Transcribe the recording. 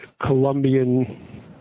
Colombian